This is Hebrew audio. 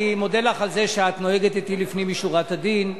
אני מודה לך על זה שאת נוהגת אתי לפנים משורת הדין.